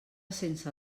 sense